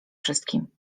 wszystkim